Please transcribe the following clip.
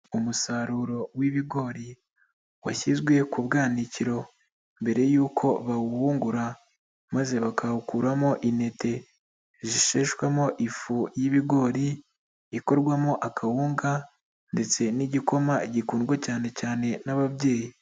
Umusaruro w'ibigori washyizwe ku bwanakiro, mbere y'uko bawuhungura maze bakawukuramo intete zisheshwemo ifu y'ibigori, ikorwamo akawunga ndetse n'igikoma gikundwa cyane cyane n'ababyeyi.